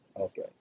okay